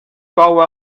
baue